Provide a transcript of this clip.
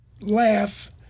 laugh